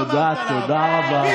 תודה רבה.